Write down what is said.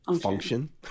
function